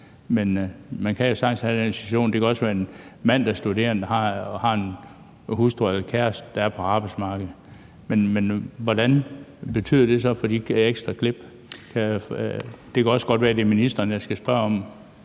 men man kan jo sagtens have den situation, at det er en mand, der studerer og har en hustru eller kæreste, der er på arbejdsmarkedet, og hvad betyder det så for de ekstra klip? Det kan også godt være, at det er ministeren, jeg skal spørge om